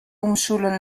umschulen